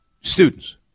students